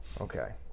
Okay